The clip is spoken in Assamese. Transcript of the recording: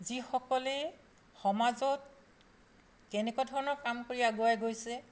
যিসকলে সমাজত কেনেকুৱা ধৰণৰ কাম কৰি আগুৱাই গৈছে